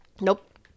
Nope